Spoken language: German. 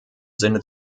sinne